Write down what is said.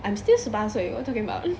I am still 十八岁 what are you talking about